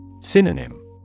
Synonym